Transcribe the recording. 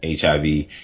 HIV